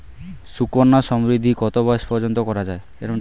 সুকন্যা সমৃদ্ধী কত বয়স পর্যন্ত করা যায়?